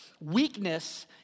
Weakness